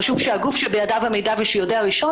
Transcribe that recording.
חשוב שהגוף שבידיו המידע ושיודע ראשון,